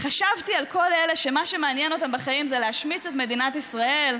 "חשבתי על כל אלה שמה שמעניין אותם בחיים זה להשמיץ את מדינת ישראל,